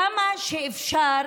כמה שאפשר